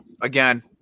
again